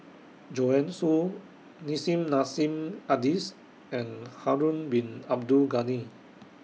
Joanne Soo Nissim Nassim Adis and Harun Bin Abdul Ghani